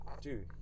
Dude